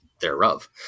thereof